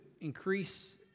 increase